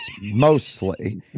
mostly